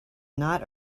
not